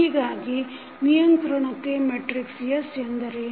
ಹೀಗಾಗಿ ನಿಯಂತ್ರಣತೆ matrix S ಎಂದರೇನು